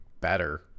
better